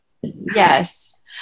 Yes